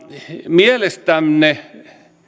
mielestämme